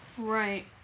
Right